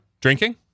Drinking